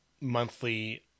monthly